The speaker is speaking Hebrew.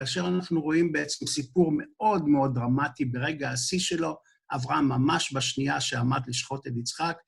כאשר אנחנו רואים בעצם סיפור מאוד מאוד דרמטי ברגע השיא שלו. אברהם ממש בשנייה שעמד לשחוט את יצחק...